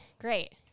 Great